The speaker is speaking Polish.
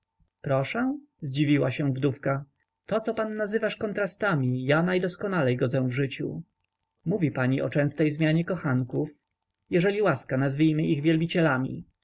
proszę zdziwiła się wdówka to co pan nazywasz kontrastami ja najdoskonalej godzę w życiu mówi pani o częstej zmianie kochanków jeżeli łaska nazwijmy ich wielbicielami a